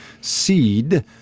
seed